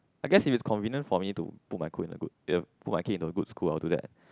I guess if it's convenient for me to put my in a good put my kid into a good school I would do that